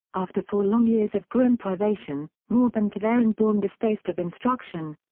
after four long years of grim privation, more than to their inborn distaste of instruction.